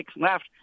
left